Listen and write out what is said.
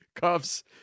Cuffs